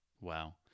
Wow